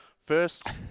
First